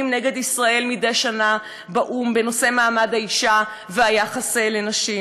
נגד ישראל מדי שנה באו"ם בנושא מעמד האישה והיחס לנשים,